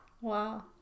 Wow